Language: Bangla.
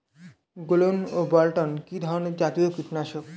গোলন ও বলটন কি ধরনে জাতীয় কীটনাশক?